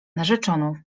narzeczoną